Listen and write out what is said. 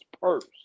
purse